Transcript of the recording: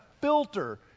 filter